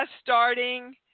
starting